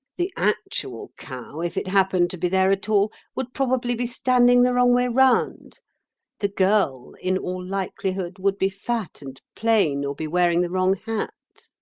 the actual cow, if it happened to be there at all, would probably be standing the wrong way round the girl, in all likelihood, would be fat and plain, or be wearing the wrong hat.